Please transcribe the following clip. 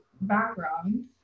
background